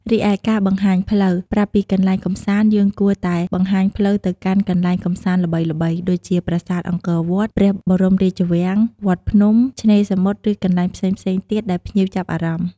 រីឯការបង្ហាញផ្លូវ ប្រាប់ពីកន្លែងកម្សាន្តយើងគួរតែបង្ហាញផ្លូវទៅកាន់កន្លែងកម្សាន្តល្បីៗ ដូចជាប្រាសាទអង្គរវត្ត ព្រះបរមរាជវាំង វត្តភ្នំ ឆ្នេរសមុទ្រ ឬកន្លែងផ្សេងៗទៀតដែលភ្ញៀវចាប់អារម្មណ៍។